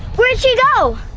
where'd she go?